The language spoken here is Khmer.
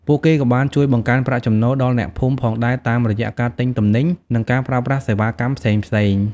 ពួកគេក៏បានជួយបង្កើនប្រាក់ចំណូលដល់អ្នកភូមិផងដែរតាមរយៈការទិញទំនិញ និងការប្រើប្រាស់សេវាកម្មផ្សេងៗ។